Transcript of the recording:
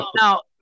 now